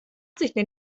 absichten